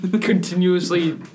continuously